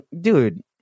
dude